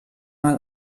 mal